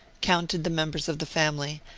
counted the members of the family,